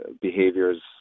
behaviors